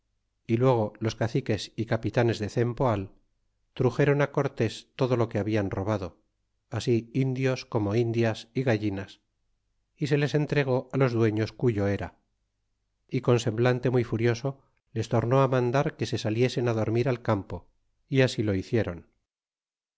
y luego los caciques y capitanes de cempoal truxéron cortés todo lo que hablan robado así indios como indias y gallinas y se les entregó filos dueños cuyo era y con semblante muy furioso les tornó mandar que se saliesen dormir al campo y así lo hiciéron